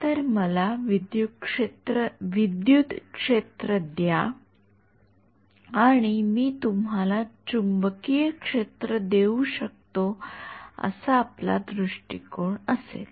तर मला विद्युत क्षेत्र द्या आणि मी तुम्हाला चुंबकीय क्षेत्र देऊ शकतो असा आपला दृष्टीकोन असेल